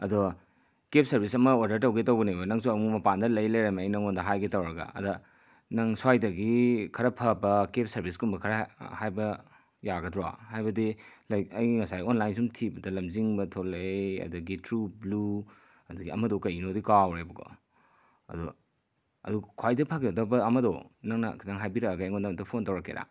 ꯑꯗꯣ cab service ꯑꯃ order ꯇꯧꯒꯦ ꯇꯧꯕꯅꯦꯕ ꯅꯪꯁꯨ ꯑꯃꯨꯛ ꯃꯄꯥꯟꯗ ꯂꯩ ꯂꯩꯔꯝꯃꯦ ꯑꯩ ꯅꯪꯉꯣꯟꯗ ꯍꯥꯏꯒꯦ ꯇꯧꯔꯒ ꯑꯗ ꯅꯪ ꯁ꯭ꯋꯥꯏꯗꯒꯤ ꯈꯔ ꯐꯕ ꯀꯦꯞ ꯁꯔꯚꯤꯁꯀꯨꯝꯕ ꯈꯔ ꯍꯥꯏꯕ ꯌꯥꯒꯗ꯭ꯔꯣ ꯍꯥꯏꯕꯗꯤ ꯂꯥꯏꯛ ꯑꯩ ꯉꯁꯥꯏ ꯑꯣꯟꯂꯥꯏꯟꯗ ꯁꯨꯝ ꯊꯤꯕꯗ ꯂꯝꯖꯤꯡꯕ ꯊꯣꯛꯂꯛꯏ ꯑꯗꯒꯤ ꯇ꯭ꯔꯨ ꯕ꯭ꯂꯨ ꯑꯗꯒꯤ ꯑꯃꯗꯣ ꯀꯩꯅꯣꯗꯤ ꯀꯥꯎꯈ꯭ꯔꯦꯕꯀꯣ ꯑꯗꯣ ꯑꯗꯣ ꯈ꯭ꯋꯥꯏꯗꯩ ꯐꯒꯗꯕ ꯑꯃꯗꯣ ꯅꯪꯅ ꯈꯤꯇꯪ ꯍꯥꯏꯕꯤꯔꯛꯑꯒ ꯑꯩꯉꯣꯟꯗ ꯑꯝꯇ ꯐꯣꯟ ꯇꯧꯔꯛꯀꯦꯔꯥ